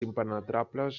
impenetrables